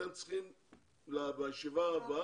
בישיבה הבאה,